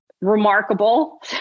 remarkable